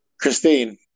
Christine